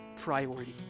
priority